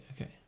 okay